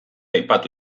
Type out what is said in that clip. aipatu